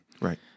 Right